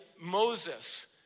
Moses